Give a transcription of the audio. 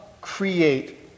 create